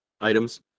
items